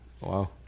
Wow